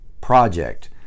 project